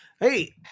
Hey